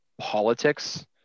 politics